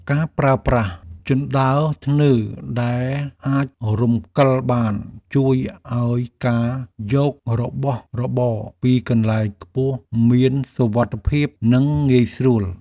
ការប្រើប្រាស់ជណ្ដើរធ្នើរដែលអាចរំកិលបានជួយឱ្យការយករបស់របរពីកន្លែងខ្ពស់មានសុវត្ថិភាពនិងងាយស្រួល។